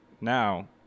now